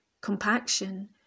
compaction